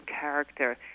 character